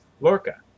Lorca